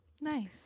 Nice